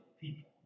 people